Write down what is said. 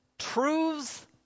truths